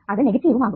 അത് നെഗറ്റീവും ആകും